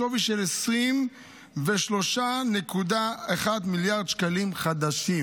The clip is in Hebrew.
בשווי של 23.1 מיליארד שקלים חדשים.